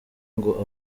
ngo